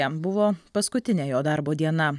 jam buvo paskutinė jo darbo diena